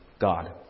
God